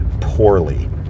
poorly